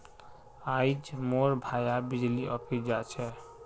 आइज मोर भाया बिजली ऑफिस जा छ